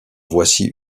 voici